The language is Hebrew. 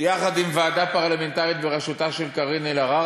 יחד עם ועדה פרלמנטרית בראשותה של קארין אלהרר,